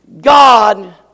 God